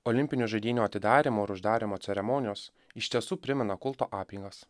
olimpinių žaidynių atidarymo ir uždarymo ceremonijos iš tiesų primena kulto apeigas